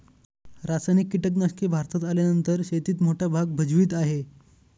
रासायनिक कीटनाशके भारतात आल्यानंतर शेतीत मोठा भाग भजवीत आहे